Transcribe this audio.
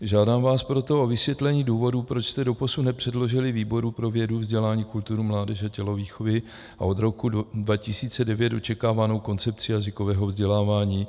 Žádám vás proto o vysvětlení důvodů, proč jste doposud nepředložili výboru pro vědu, vzdělání, kulturu, mládež a tělovýchovu od roku 2009 očekávanou koncepci jazykového vzdělávání.